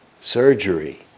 surgery